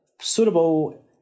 suitable